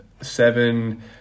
seven